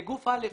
גוף א'